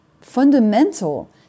fundamental